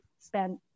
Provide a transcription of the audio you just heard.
spend